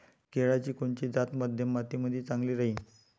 केळाची कोनची जात मध्यम मातीमंदी चांगली राहिन?